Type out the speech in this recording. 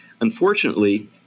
Unfortunately